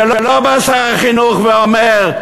ולא בא שר החינוך ואומר,